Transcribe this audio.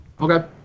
Okay